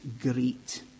great